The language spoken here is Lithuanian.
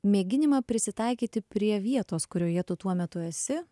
mėginimą prisitaikyti prie vietos kurioje tu tuo metu esi